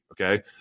okay